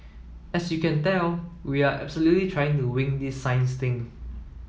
as you can tell we are absolutely trying to wing this science thing